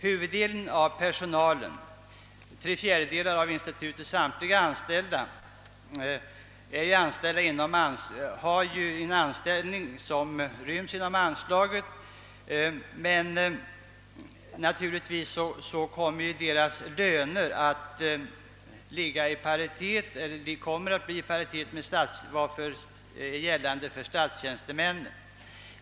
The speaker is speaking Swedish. Huvuddelen av personalen — tre fjärdedelar av institutets samtliga anställda — som är avlönad inom anslaget har visserligen statligt bestämda och reglerade tjänster; deras lönevillkor ansluter sig av naturliga skäl till de för statstjänstemännen i gemen gällande.